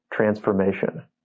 transformation